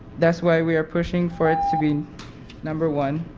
that's why we are pushing for it to be number one,